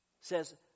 says